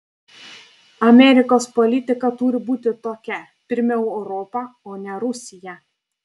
amerikos politika turi būti tokia pirmiau europa o ne rusija